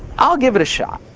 i'll give it a shot.